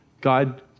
God